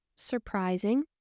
Surprising